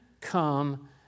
come